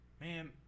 Man